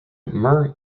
mir